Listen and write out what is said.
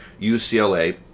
UCLA